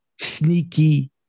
sneaky